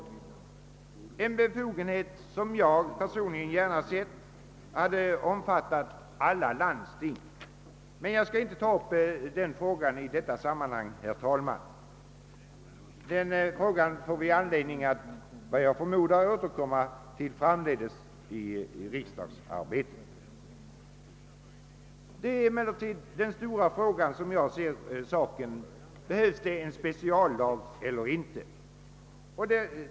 En sådan befogenhet hade jag personligen gärna velat ha för alla landsting, men jag skall inte ta upp denna fråga nu. Herr talman! Jag förmodar att vi framdeles kommer att få anledning att återkomma till denna fråga i riksdagsarbetet. Den stora frågan är emellertid, som jag ser det, om det behövs en speciallag eller inte.